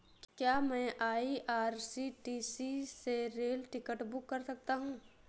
क्या मैं आई.आर.सी.टी.सी से रेल टिकट बुक कर सकता हूँ?